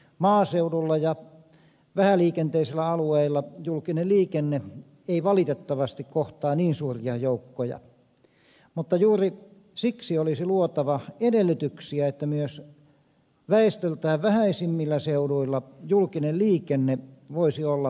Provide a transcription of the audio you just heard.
maaseudulla ja vähäliikenteisillä alueilla julkinen liikenne ei valitettavasti kohtaa niin suuria joukkoja mutta juuri siksi olisi luotava edellytyksiä että myös väestöltään vähäisimmillä seuduilla julkinen liikenne voisi olla toimintakuntoista